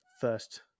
first